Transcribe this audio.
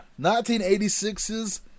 1986's